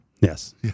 Yes